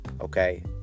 Okay